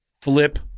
Flip